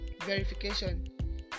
Verification